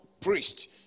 priests